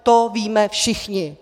To víme všichni.